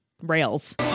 rails